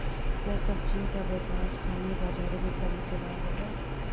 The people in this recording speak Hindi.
क्या सब्ज़ियों का व्यापार स्थानीय बाज़ारों में करने से लाभ होगा?